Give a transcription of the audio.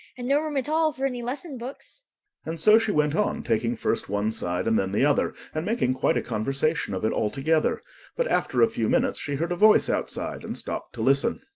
and no room at all for any lesson-books and so she went on, taking first one side and then the other, and making quite a conversation of it altogether but after a few minutes she heard a voice outside, and stopped to listen.